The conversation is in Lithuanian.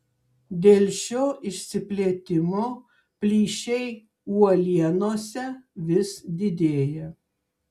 dėl šio išsiplėtimo plyšiai uolienose vis didėja